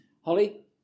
Holly